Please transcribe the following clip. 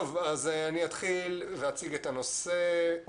אני אתחיל ואציג את הנושא.